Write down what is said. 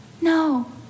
No